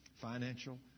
financial